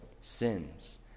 sins